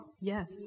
Yes